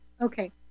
Okay